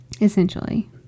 Essentially